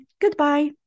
goodbye